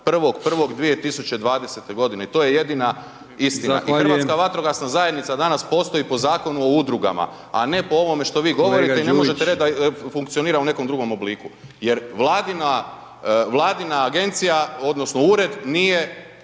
1.1.2020. godine i to je jedina istina. I Hrvatska vatrogasna zajednica danas postoji po Zakonu o udrugama a ne po ovome što vi govorite i ne možete reći da funkcionira u nekom drugom obliku. Jer Vladina agencija, odnosno ured nije